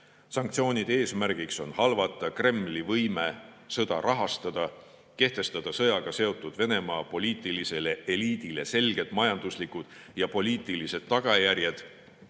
Sanktsioonide eesmärgiks on halvata Kremli võime sõda rahastada, kehtestada sõjaga seotud Venemaa poliitilisele eliidile selged majanduslikud ja poliitilised tagajärjed